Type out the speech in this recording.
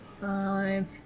five